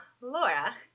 Laura